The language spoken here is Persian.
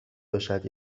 باشد